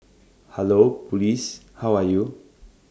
hello Police how are you